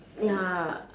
ya